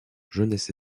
jeunesse